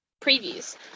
previews